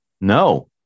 No